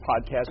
podcast